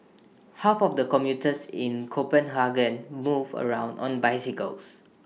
half of the commuters in Copenhagen move around on bicycles